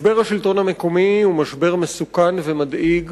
משבר השלטון המקומי הוא משבר מסוכן ומדאיג,